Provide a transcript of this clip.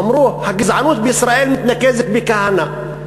אמרו: הגזענות בישראל מתנקזת בכהנא.